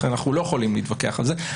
לכן אנחנו לא יכולים להתווכח על זה.